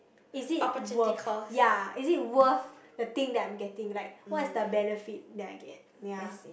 is it worth ya is it worth the thing that I'm getting like what is the benefit that I get ya